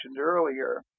earlier